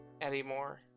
anymore